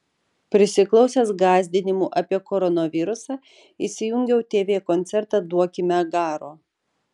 prisiklausęs gąsdinimų apie koronavirusą įsijungiau tv koncertą duokime garo